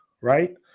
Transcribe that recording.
right